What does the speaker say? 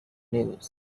news